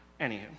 Anywho